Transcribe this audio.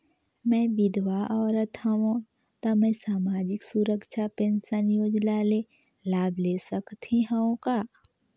मैं विधवा औरत हवं त मै समाजिक सुरक्षा पेंशन योजना ले लाभ ले सकथे हव का?